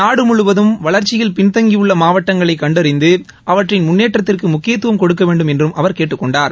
நாடு முழுவதும் வளர்ச்சியில் பின்தங்கியுள்ள மாவட்டங்களை கண்டறிந்து அவற்றின் முன்னேற்றத்திற்கு முக்கியத்துவம் கொடுக்க வேண்டும் என்றும் அவர் கேட்டுக் கொண்டார்